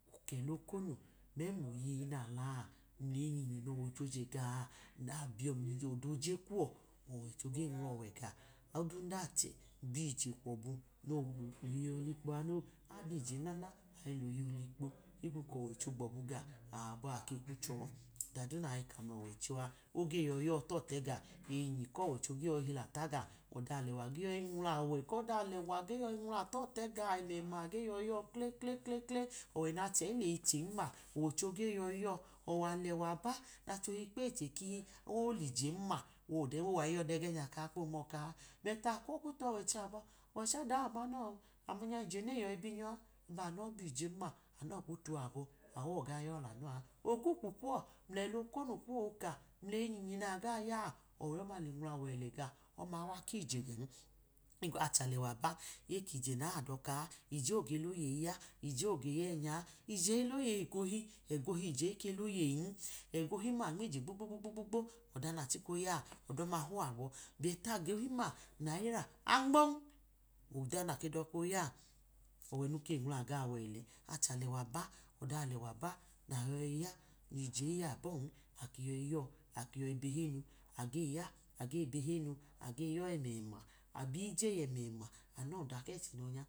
Ẹla okonu mẹmuloyeyi nalaa memuleyi nyinyi nọwọicho je gaọ nabiye milọdoje kuwo ọwọicho ge nwulọwẹ gaọ odundachẹ biyije kwu ọbu amu woyeyi olikpo ano, abiyije nana age loyeyi olikpo, higbu ko̱wọicho gbọbu gaọ awọ boyi yọ kekwuchọ ọda du naka lọwọicho oge yọyi yọ tọtẹ gaọ eyinyinyi kọwọicho oge yọyi hilata gao. Ọda alẹwa, ge yoyi nwula ọwẹ kọda alẹwa ge yọyi nwula totẹ gaọ awọ ema ge yọyi yọ kle kle kle, ọwẹ nachẹ ileyi chenma ocho ge yoyi yọ ọwẹ alẹwa ba nachoti kpeyichẹ kii oleje-ma kowayiyọda ẹgẹ kaa komọ kaa, bẹti akwoyi kwutọwọicho abọ kọwọicho awọ omanọ ẹ ama nya ije ne yọyi bi nyọa aba no biyijem-ma amo, kwọyi kwu tọ abo awọ oga yọ lanọ a lokmi kwu kuwọ mlẹka okmu kuwọ oka mleyi nyinyi naga yaa o̱we ọma le nunla wẹlẹ gaọ, ọma iwaki je gen, achalẹwa ba ekije na odọka a, ije oge loyeyi a ye oge ye nya, ije ge loyeyi eko ohi ẹgo ohi ye ike loyeyin, egohnim-ma anmiye gbogbogbo ọda nachika oya ọdọma le huwọ abọ egọ ohim-ma naya anmon, ọdu nadoka eyaa, ọwẹ ke nwula gaọ wẹlẹ, ache alẹwa ba oda alẹwa ba, ije iyọ abọn ake yọyi yọ ake yoyi behemu age ya age behemu, age yọ ẹmẹma abiyejeyi ẹmẹma amu wọ da kẹchẹ no yọ nya.